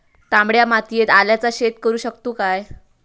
तामड्या मातयेत आल्याचा शेत करु शकतू काय?